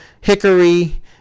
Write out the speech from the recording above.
Hickory